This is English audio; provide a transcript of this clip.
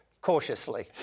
cautiously